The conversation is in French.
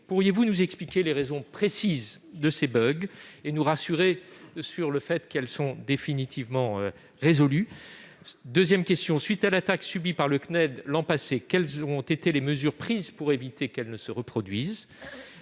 Pourriez-vous nous expliquer les raisons précises de ces bugs et nous rassurer sur le fait qu'elles sont définitivement résolues ? À la suite de l'attaque subie par le CNED l'an passé, quelles mesures ont été prises pour éviter qu'elle ne se reproduise ?